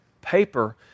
paper